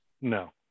No